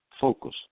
focus